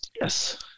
Yes